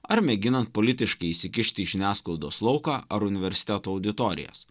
ar mėginant politiškai įsikišti į žiniasklaidos lauką ar universiteto auditorijas